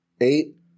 Eight